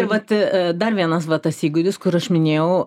vat dar vienas va tas įgūdis kur aš minėjau